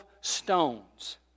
stones